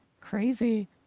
crazy